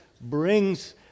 brings